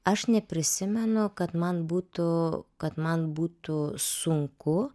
aš neprisimenu kad man būtų kad man būtų sunku